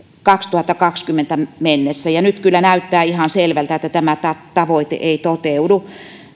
kaksituhattakaksikymmentä mennessä ja nyt kyllä näyttää ihan selvältä että tämä tämä tavoite ei toteudu